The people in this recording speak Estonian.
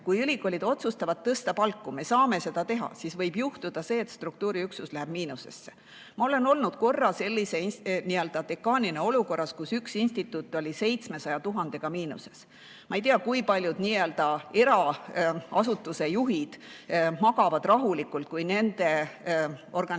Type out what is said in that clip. Kui ülikoolid otsustavad tõsta palku ja me saame seda teha, siis võib juhtuda see, et struktuuriüksus läheb miinusesse. Ma olen olnud korra dekaanina olukorras, kus üks instituut oli 700 000‑ga miinuses. Ma ei tea, kui paljud nii‑öelda eraasutuse juhid magavad rahulikult, kui nende organisatsioon